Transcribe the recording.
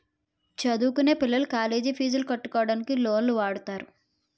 చదువుకొనే పిల్లలు కాలేజ్ పీజులు కట్టుకోవడానికి లోన్లు వాడుతారు